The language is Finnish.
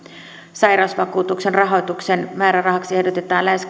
sairausvakuutuksen rahoituksen määrärahaksi ehdotetaan lähes